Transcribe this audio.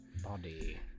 Body